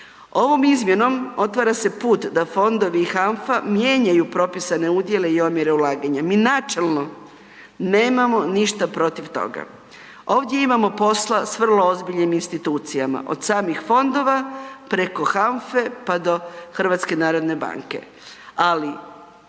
Ovom izmjenom otvara se put da fondovi i HANFA mijenjaju propisane udjele i omjere ulaganja. Mi načelno nemamo ništa protiv toga. Ovdje imamo posla s vrlo ozbiljnim institucijama, od samih fondova preko HANFA-e, pa do HNB-a. Ali, kad